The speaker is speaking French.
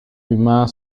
humain